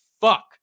fuck